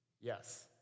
Yes